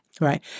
Right